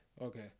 Okay